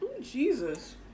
Jesus